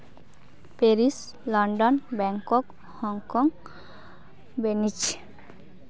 Paris London Bangkok Hong Kong venez